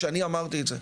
כשאני אמרתי את זה,